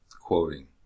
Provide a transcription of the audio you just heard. quoting